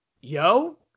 yo